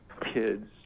kids